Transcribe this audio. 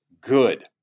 good